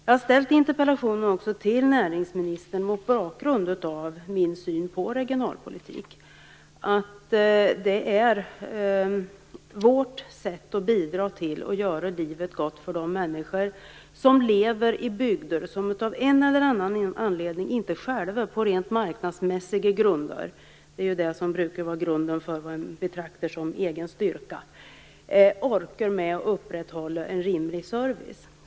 Jag har ställt interpellationen till näringsministern mot bakgrund av min syn på regionalpolitik. Det är vårt sätt att bidra till att göra livet gott för de människor som lever i bygder som av en eller annan anledning inte själva, på rent marknadsmässiga grunder - det är det som brukar vara utgångspunkten för vad man betraktar som egen styrka - orkar upprätthålla en rimlig service.